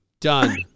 Done